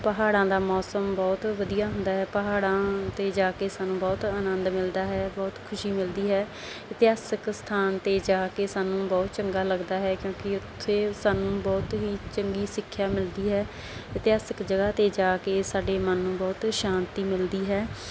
ਪਹਾੜਾਂ ਦਾ ਮੌਸਮ ਬਹੁਤ ਵਧੀਆ ਹੁੰਦਾ ਪਹਾੜਾਂ 'ਤੇ ਜਾ ਕੇ ਸਾਨੂੰ ਬਹੁਤ ਆਨੰਦ ਮਿਲਦਾ ਹੈ ਬਹੁਤ ਖੁਸ਼ੀ ਮਿਲਦੀ ਹੈ ਇਤਿਹਾਸਿਕ ਸਥਾਨ 'ਤੇ ਜਾ ਕੇ ਸਾਨੂੰ ਬਹੁਤ ਚੰਗਾ ਲੱਗਦਾ ਹੈ ਕਿਉਂਕਿ ਉੱਥੇ ਸਾਨੂੰ ਬਹੁਤ ਹੀ ਚੰਗੀ ਸਿੱਖਿਆ ਮਿਲਦੀ ਹੈ ਇਤਿਹਾਸਿਕ ਜਗ੍ਹਾ 'ਤੇ ਜਾ ਕੇ ਸਾਡੇ ਮਨ ਨੂੰ ਬਹੁਤ ਸ਼ਾਂਤੀ ਮਿਲਦੀ ਹੈ